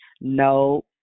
No